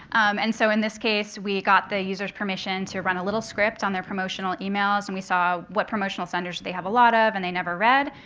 and so in this case, we got the user's permission to run a little script on their promotional emails, and we saw what promotional senders do they have a lot of and they never read.